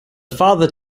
father